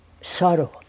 sorrow